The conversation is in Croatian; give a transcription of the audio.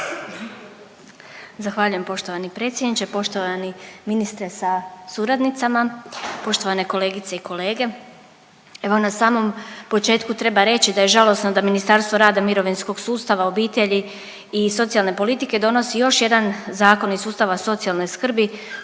Zahvaljujem poštovani predsjedniče, poštovani ministre sa suradnicama, poštovane kolegice i kolege. Evo na samom početku treba reći da je žalosno da Ministarstvo rada i mirovinskog sustava, obitelji i socijalne politike donosi još jedna zakon iz sustava socijalne skrbi